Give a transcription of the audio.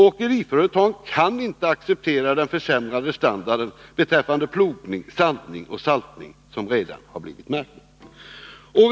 Åkeriföretagen kan inte acceptera den försämring av standarden beträffande plogning, sandning och saltning som redan blivit märkbar.